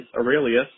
aurelius